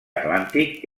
atlàntic